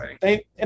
thank